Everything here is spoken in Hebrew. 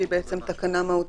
שהיא תקנה מהותית,